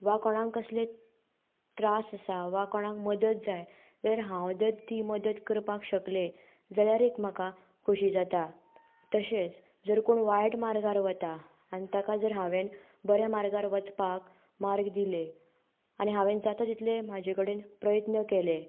वा कोणांक कसले त्रास आसा वा कोणांक मदत जाय दर हांव जर ती मदत करपाक शकलें जाल्यार एक म्हाका खोशी जाता तशेंच जर कोणय वायट मार्गार वता आनी ताका जर हांवें बऱ्या मार्गार वचपाक मार्ग दिले आनी हांवें जाता तितले म्हजे कडेन प्रयत्न केले